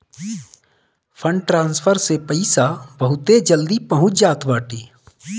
fund transfer से पईसा बहुते जल्दी पहुंच जात बाटे